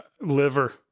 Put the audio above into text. Liver